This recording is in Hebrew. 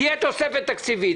תהיה תוספת תקציבית,